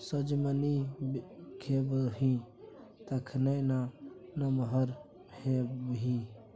सजमनि खेबही तखने ना नमहर हेबही